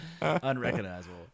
Unrecognizable